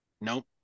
Nope